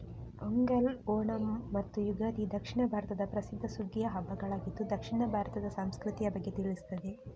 ಪೊಂಗಲ್, ಓಣಂ ಮತ್ತು ಯುಗಾದಿ ದಕ್ಷಿಣ ಭಾರತದ ಪ್ರಸಿದ್ಧ ಸುಗ್ಗಿಯ ಹಬ್ಬಗಳಾಗಿದ್ದು ದಕ್ಷಿಣ ಭಾರತದ ಸಂಸ್ಕೃತಿಯ ಬಗ್ಗೆ ತಿಳಿಸ್ತದೆ